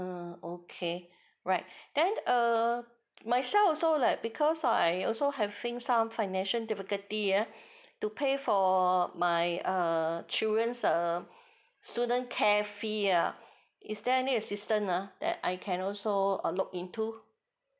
uh okay right then err myself also like because I also have facing some financial difficulty err to pay for my uh children's uh student care fee ah is there any assistance ah that I can also or look into